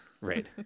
Right